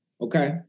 Okay